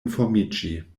informiĝi